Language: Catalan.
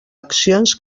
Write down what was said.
accions